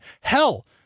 Hell